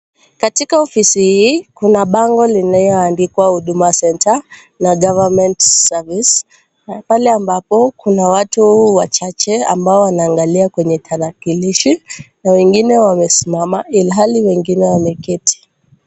Katika ofisi hii, kuna bango lililoandikwa Huduma Centre na Government Service . Pale ambapo kuna watu wachache ambao wanaangalia kwenye tarakilishi na wengine wamesimama ilhali wengine wameketi.